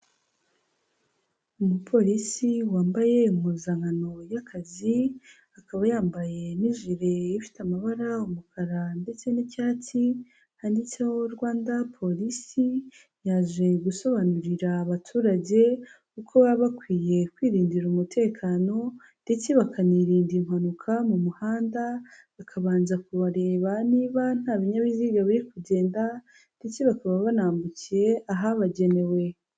Umupolisi wambaye impuzankano y'akazi, akaba yambaye n'ijire ifite amabara umukara ndetse n'icyatsi, handitseho Rwanda polisi, yaje gusobanurira abaturage uko baba bakwiye kwirindira umutekano ndetse bakanirinda impanuka mu muhanda, bakabanza kubareba niba nta binyabiziga biri kugenda, ndetse bakaba banambukiye ahabagenewe.